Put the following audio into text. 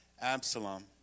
Absalom